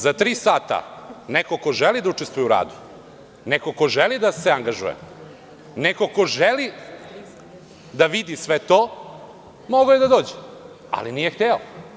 Za tri sata neko ko želi da učestvuje u radu, neko ko želi da se angažuje, neko ko želi da vidi sve to, mogao je da dođe, ali nije hteo.